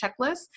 checklist